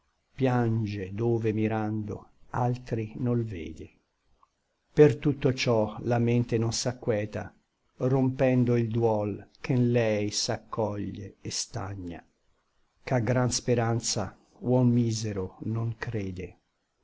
piange dove mirando altri nol vede per tutto ciò la mente non s'acqueta rompendo il duol che n lei s'accoglie et stagna ch'a gran speranza huom misero non crede